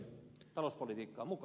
arvoisa puhemies